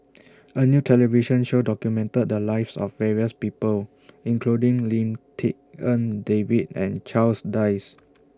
A New television Show documented The Lives of various People including Lim Tik En David and Charles Dyce